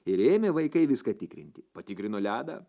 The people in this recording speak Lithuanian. ir ėmė vaikai viską tikrinti patikrino ledą